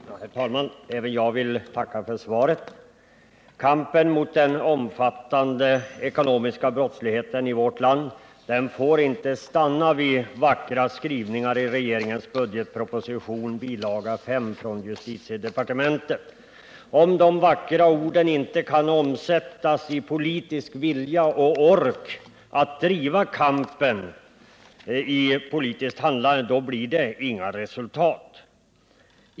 Herr talman! Även jag vill tacka för svaret. Kampen mot den omfattande ekonomiska brottsligheten i vårt land får inte stanna vid vackra skrivningar i regeringens budgetproposition, bil. 5 från justitiedepartementet. Om de vackra orden inte kan omsättas i politisk vilja och ork att driva kampen i praktiskt handlande, då blir det inga resultat.